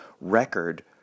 record